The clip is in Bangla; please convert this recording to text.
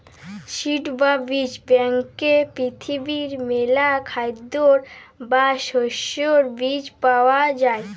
সিড বা বীজ ব্যাংকে পৃথিবীর মেলা খাদ্যের বা শস্যের বীজ পায়া যাই